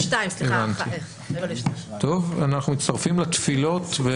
טוב, אנחנו מצטרפים לתפילות.